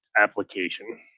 application